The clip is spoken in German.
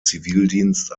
zivildienst